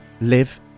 live